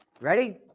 Ready